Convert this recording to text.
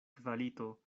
kvalito